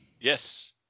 Yes